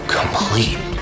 complete